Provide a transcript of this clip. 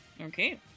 okay